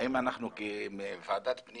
האם אנחנו כוועדת פנים